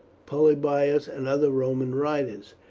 polybius, and other roman writers.